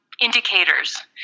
indicators